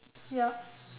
ya